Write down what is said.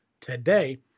today